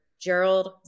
Gerald